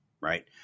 right